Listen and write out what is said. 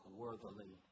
worthily